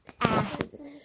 asses